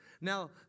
Now